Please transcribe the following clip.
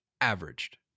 Averaged